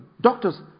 doctors